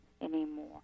anymore